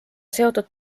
seotud